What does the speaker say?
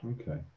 Okay